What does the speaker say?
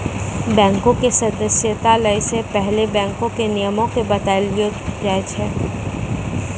बैंको के सदस्यता लै से पहिले बैंको के नियमो के बतैलो जाय छै